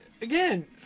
Again